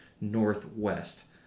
northwest